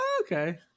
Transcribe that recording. Okay